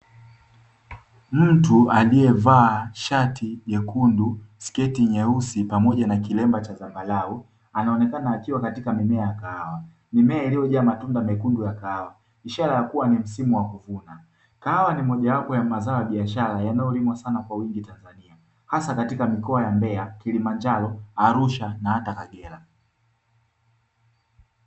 Mtu aliyevaa shati nyekundu sketi nyeusi pamoja na kilemba cha zambarau anaonekana akiwa katika mimea ya kahawa mimea iliyojaa matunda mekundu ya kahawa, ishara ya kuwa ni msimu wa kuvuna kahawa ni mojawapo ya mazao ya biashara yanayolimwa sana kwa wingi tanzania hasa katika mikoa ya mbeya, kilimanjaro, arusha na hata kagera.